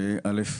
א',